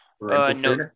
No